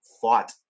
fought